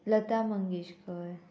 Lata Mangeshkar